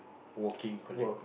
working colleague